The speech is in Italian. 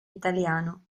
italiano